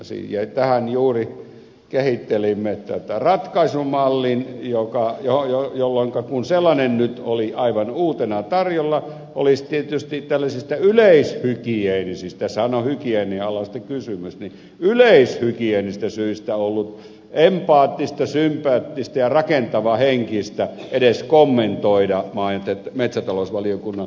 tähän juuri kehittelimme tämän ratkaisumallin jolloinka kun sellainen nyt oli aivan uutena tarjolla olisi tietysti ollut yleishygienisistä syistä tässähän on hygienia alasta kysymys empaattista sympaattista ja rakentavahenkistä edes kommentoida maa ja metsätalousvaliokunnan yksimielistä ehdotusta